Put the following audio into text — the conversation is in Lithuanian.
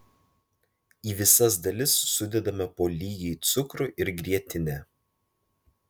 į visas dalis sudedame po lygiai cukrų ir grietinę